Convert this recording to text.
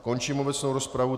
Končím obecnou rozpravu.